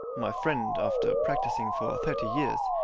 my friend, after practising for thirty years,